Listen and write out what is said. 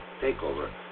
takeover